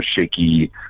shaky